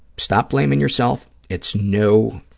stop blaming yourself. it's no,